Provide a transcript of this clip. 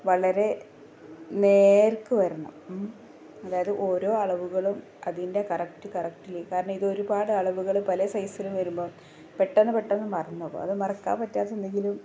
വളരെ നേർക്ക് വരണം ഉം അതായത് ഓരോ അളവുകളും അതിൻ്റെ കറക്റ്റ് കറക്റ്റില് കാരണം ഇതൊരുപാട് അളവുകള് പല സൈസിലും വരുമ്പോള് പെട്ടെന്ന് പെട്ടെന്ന് മറന്നുപോകും അത് മറക്കാൻ പറ്റാത്ത എന്തെങ്കിലും